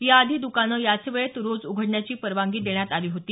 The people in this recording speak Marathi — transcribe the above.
याआधी द्कानं याच वेळेत रोज उघडण्याची परवानगी देण्यात आली होती